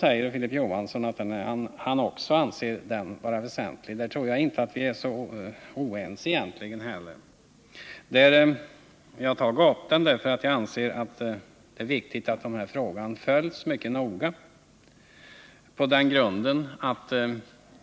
Även Filip Johansson anser att priskontrollen är väsentlig. Jag tror inte att vi är så oense på den punkten. Vi har tagit upp frågan därför att vi anser det viktigt att den följs mycket noga.